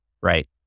Right